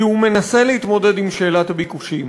כי הוא מנסה להתמודד עם שאלת הביקושים.